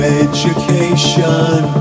education